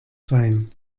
sein